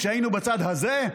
כשהיינו בצד הזה,